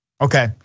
Okay